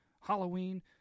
Halloween